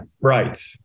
Right